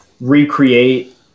recreate